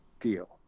deal